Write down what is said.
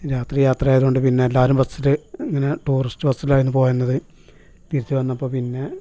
രാത്രി യാത്ര ആയതുകൊണ്ട് പിന്നെ എല്ലാവരും ബസ്സിൽ ഇങ്ങനെ ടുറിസ്റ്റ് ബസ്സിലായിരുന്നു പോവുന്നത് തിരിച്ച് വന്നപ്പോൾ പിന്നെ